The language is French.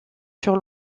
sur